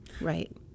Right